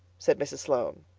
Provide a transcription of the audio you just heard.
said mrs. sloane.